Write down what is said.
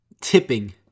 tipping